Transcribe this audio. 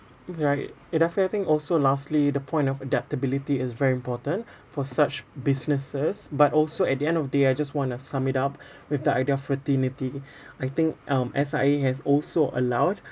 right idafi I think also lastly the point of adaptability is very important for such businesses but also at the end of the day I just want to sum it up with the idea for fraternity I think um S_I_A has also allowed